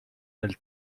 nel